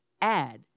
add